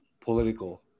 political